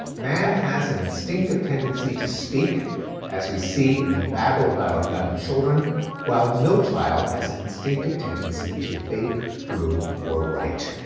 man has an instinctive tendency to speak as we see in the babble of our young children while no child has an instinctive tendency to bake, brew or write.